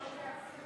חברי חברי הכנסת,